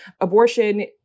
Abortion